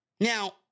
Now